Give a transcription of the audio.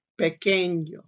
Pequeño